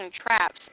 traps